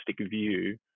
view